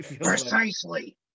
precisely